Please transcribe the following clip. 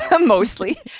mostly